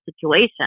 situation